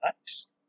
Nice